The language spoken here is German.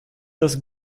das